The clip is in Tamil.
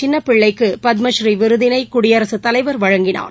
சின்னபிள்ளைக்குபத்மடநீ விருதினைகுடியரசுத்தலைவர் வழங்கினார்